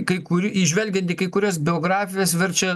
kai kur įžvelgiant į kurias biografijas verčia